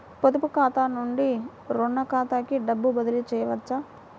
పొదుపు ఖాతా నుండీ, రుణ ఖాతాకి డబ్బు బదిలీ చేయవచ్చా?